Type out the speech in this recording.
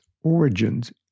origins